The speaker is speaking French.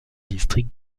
districts